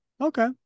Okay